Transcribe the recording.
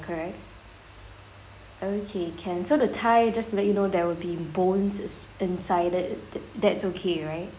correct okay can so the thigh just let you know there will be bones is inside that that's okay right